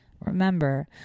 Remember